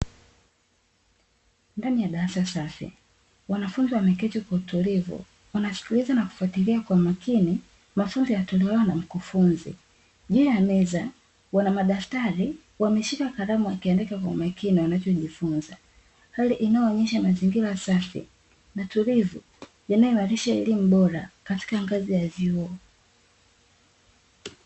Ndani ya darasa safi, wanafunzi wameketi kwa utulivu, wanasikiliza na kufatilia kwa makini mafunzo yatolewayo na mkufunzi, juu ya meza wana madaftari, wameshika karamu wakiandika kwa makini wanachojifunza, hali inayoonyesha mazingira safi na tulivu, yanaoonyesha elimu bora katika ngazi ya vyuo.